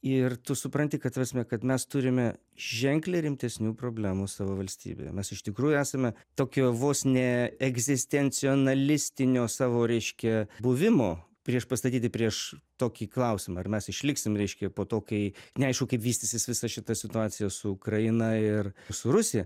ir tu supranti kad ta prasme kad mes turime ženkliai rimtesnių problemų savo valstybėje mes iš tikrųjų esame tokio vos ne egzistencionalistinio savo reiškia buvimo priešpastatyti prieš tokį klausimą ar mes išliksim reiškia po to kai neaišku kaip vystysis visa šita situacija su ukraina ir su rusija